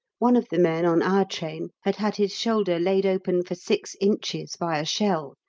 one of the men on our train had had his shoulder laid open for six inches by a shell,